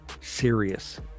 serious